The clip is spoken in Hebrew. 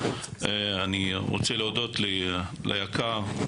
אני רוצה להודות ליק"ר,